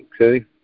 Okay